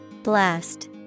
Blast